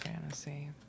fantasy